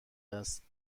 است